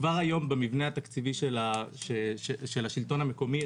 כבר היום במבנה התקציבי של השלטון המקומי,